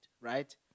right